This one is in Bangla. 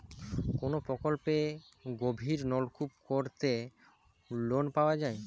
কোন প্রকল্পে গভির নলকুপ করতে লোন পাওয়া য়ায়?